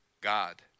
God